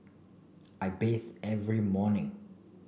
I bathe every morning